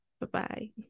Bye-bye